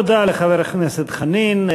תודה לחבר הכנסת חנין.